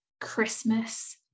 Christmas